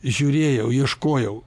žiūrėjau ieškojau